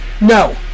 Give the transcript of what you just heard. No